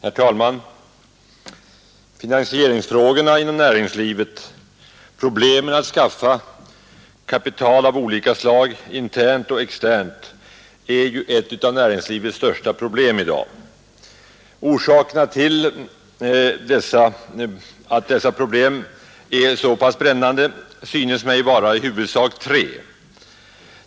Herr talman! Finansieringsfrågan inom näringslivet, svårigheterna att skaffa kapital av olika slag, internt och externt, är ju ett av näringslivets största problem i dag. Orsakerna till att detta problem är så pass brännande synes mig vara i huvudsak tre.